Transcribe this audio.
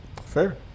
Fair